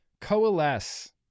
coalesce